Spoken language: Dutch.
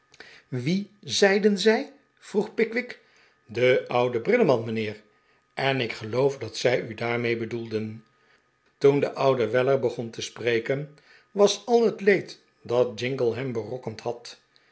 wien zeiden zij vroeg pickwick den ouden brilleman mijnheer en ik geloof dat zij u daarmee bedoelden toen de oude weller begon te spreken was al het leed dat jingle hem berokkend had